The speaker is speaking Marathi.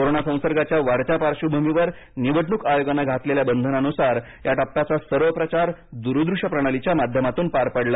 कोरोना संसर्गाच्या वाढत्या पार्श्वभूमीवर निवडणूक आयोगानं घातलेल्या बंधनानुसार या टप्प्याचा सर्व प्रचार दूरदृश्य प्रणालीच्या माध्यमातूनच पार पडला